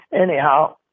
Anyhow